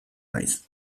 naiz